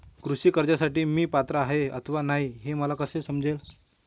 कृषी कर्जासाठी मी पात्र आहे अथवा नाही, हे मला कसे समजेल?